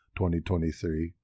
2023